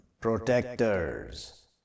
protectors